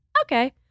okay